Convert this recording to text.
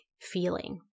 feeling